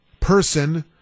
person